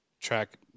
track